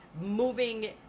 moving